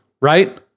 right